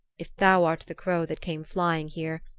if thou art the crow that came flying here,